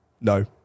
No